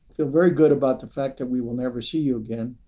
feel very good about the fact that we will never see you again.